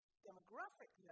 demographic